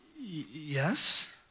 yes